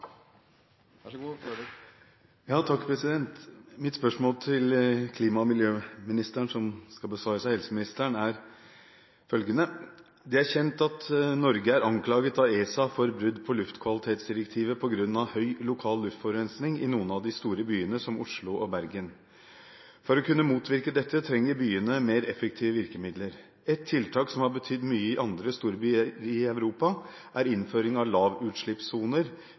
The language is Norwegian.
Mitt spørsmål til klima- og miljøministeren, som skal besvares av helseministeren, er følgende: «Det er kjent at Norge er anklaget av ESA for brudd på luftkvalitetsdirektivet på grunn av høy lokal luftforurensning i noen av de store byene som Oslo og Bergen. For å kunne motvirke dette trenger byene mer effektive virkemidler. Ett tiltak som har betydd mye i andre storbyer i Europa, er innføring av lavutslippssoner,